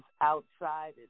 outside